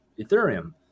Ethereum